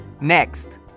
Next